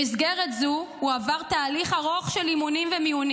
במסגרת זו הוא עבר תהליך ארוך של אימונים ומיונים,